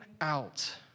out